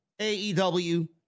AEW